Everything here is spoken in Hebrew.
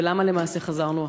ולמה למעשה חזרנו אחורה?